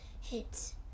hits